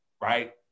Right